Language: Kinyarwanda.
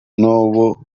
n’ubu